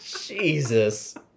Jesus